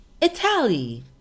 Italy